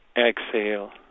exhale